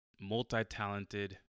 multi-talented